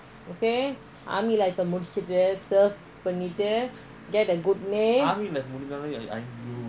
okay army life ah முடிச்சிட்டு:mudichittu serve get a good name